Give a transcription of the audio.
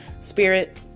spirit